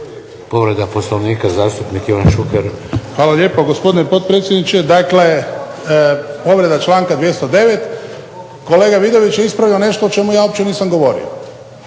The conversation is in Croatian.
Povreda Poslovnika, zastupnik Ivan Šuker. **Šuker, Ivan (HDZ)** Hvala lijepa, gospodine potpredsjedniče. Dakle povreda članka 209., kolega Vidović je ispravljao nešto o čemu ja uopće nisam govorio.